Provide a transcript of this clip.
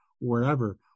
wherever